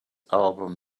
album